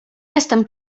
jestem